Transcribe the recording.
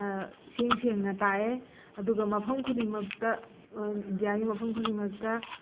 ꯏꯁꯦꯡ ꯁꯦꯡꯅ ꯇꯥꯛꯑꯦ ꯑꯗꯨꯒ ꯃꯐꯝ ꯈꯨꯗꯤꯡꯃꯛꯇ ꯏꯟꯗꯤꯌꯥꯒꯤ ꯃꯐꯝ ꯈꯨꯗꯤꯡꯃꯛꯇ